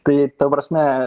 tai ta prasme